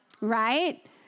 right